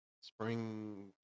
spring